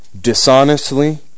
dishonestly